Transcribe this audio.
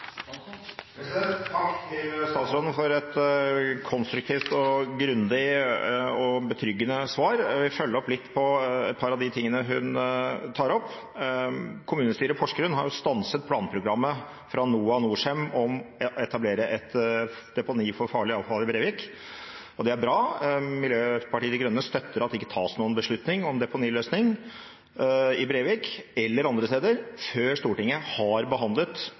Takk til statsråden for et konstruktivt, grundig og betryggende svar. Jeg vil følge opp litt et par av de tingene hun tar opp. Kommunestyret i Porsgrunn har stanset planprogrammet fra NOAH og Norcem om å etablere et deponi for farlig avfall i Brevik, og det er bra. Miljøpartiet De Grønne støtter at det ikke tas noen beslutning om deponiløsning i Brevik, eller andre steder, før Stortinget har behandlet